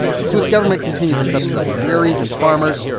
the swiss government continued to subsidize dairies and farmers,